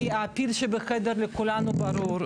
כי הפיל שבחדר לכולנו ברור.